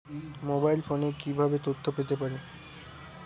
Mobile ফোনে কিভাবে তথ্য পেতে পারি?